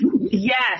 yes